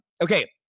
Okay